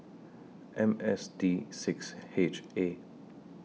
M S D six H A